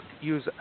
use